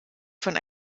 von